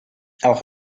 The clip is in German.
auch